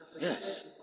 Yes